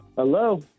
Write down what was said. Hello